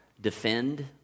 defend